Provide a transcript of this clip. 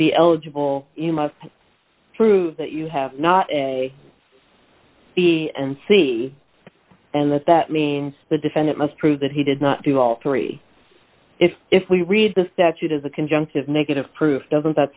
be eligible you must prove that you have not a b and c and that that means the defendant must prove that he did not do all three if we read the statute as a conjunctive negative proof doesn't that